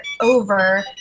over